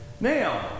Now